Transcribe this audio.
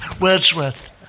Wordsworth